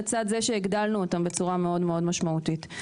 לצד זה שהגדלנו אותם בצורה משמעותית מאוד.